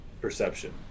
Perception